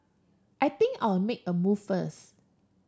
I think I'll make a move first